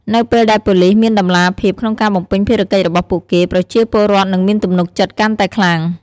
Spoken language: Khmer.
នៅពេលដែលប៉ូលីសមានតម្លាភាពក្នុងការបំពេញភារកិច្ចរបស់ពួកគេ ប្រជាពលរដ្ឋនឹងមានទំនុកចិត្តកាន់តែខ្លាំង។